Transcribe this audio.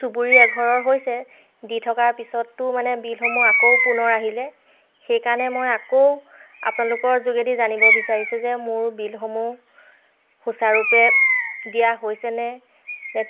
চুবুৰী এঘৰৰ হৈছে দি থকাৰ পিছততো মানে বিলসমূহ আকৌ পুনৰ আহিলে সেইকাৰণে মই আকৌ আপোনালোকৰ যোগেদি জানিব বিচাৰিছোঁ যে মোৰ বিলসমূহ সুচাৰুৰূপে দিয়া হৈছেনে